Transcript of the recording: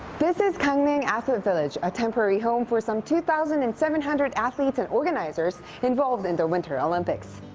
this is gangneung athlete village, a temporary home for some two thousand and seven hundred athletes and organizers involved in the winter olympics.